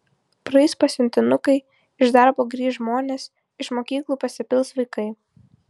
praeis pasiuntinukai iš darbo grįš žmonės iš mokyklų pasipils vaikai